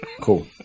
Cool